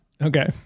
Okay